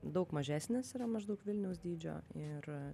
daug mažesnis yra maždaug vilniaus dydžio ir